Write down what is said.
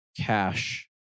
cash